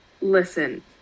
listen